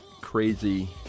crazy